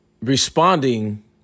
responding